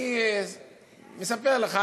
אני מספר לך,